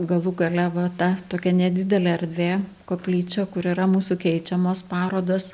galų gale va ta tokia nedidelė erdvė koplyčia kur yra mūsų keičiamos parodos